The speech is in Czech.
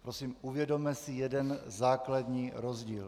Prosím uvědomme si jeden základní rozdíl.